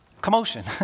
Commotion